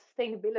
sustainability